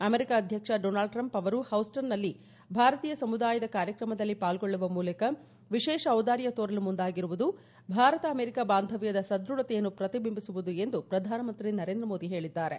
America ಅಧ್ಯಕ್ಷ Donald Trump ಅವರು ಹೌಸ್ಟನ್ನಲ್ಲಿ ಭಾರತೀಯ ಸಮುದಾಯದ ಕಾರ್ಯಕ್ರಮದಲ್ಲಿ ಪಾಲ್ಗೊಳ್ಳುವ ಮೂಲಕ ವಿಶೇಷ ಚಿದಾರ್ಯ ತೋರಲು ಮುಂದಾಗಿರುವುದು ಭಾರತ ಅಮೆರಿಕಾ ಬಾಂಧವ್ಯದ ಸದೃಢತೆಯನ್ನು ಪ್ರತಿಬಿಂಬಿಸುವುದು ಎಂದು ಪ್ರಧಾನಮಂತ್ರಿ ನರೇಂದ್ರ ಮೋದಿ ಹೇಳಿದ್ದಾರೆ